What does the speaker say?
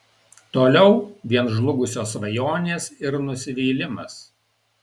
toliau vien žlugusios svajonės ir nusivylimas